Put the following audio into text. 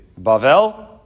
Bavel